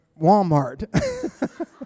Walmart